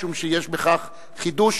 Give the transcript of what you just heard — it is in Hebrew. משום שיש בכך חידוש,